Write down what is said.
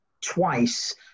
twice